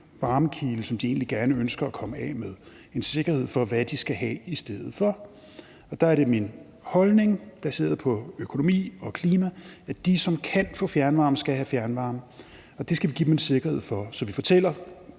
varmekilde, som de egentlig ønsker at komme af med, en sikkerhed for, hvad de skal have i stedet for. Der er det min holdning – baseret på økonomi og klima – at de, som kan få fjernvarme, skal have fjernvarme. Det skal vi give dem en sikkerhed for. Så vi fortæller